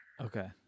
Okay